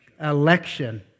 Election